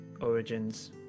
origins